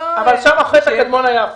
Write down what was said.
אבל שם החטא הקדמון היה הפוך,